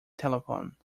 telephone